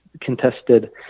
contested